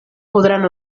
podran